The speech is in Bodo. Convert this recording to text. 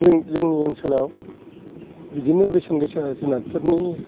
जोंनि ओन्सोलाव बिदिनो बेसेन गोसा जुनारफोरनि